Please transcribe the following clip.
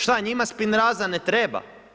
Šta, njima spinraza ne treba?